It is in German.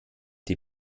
die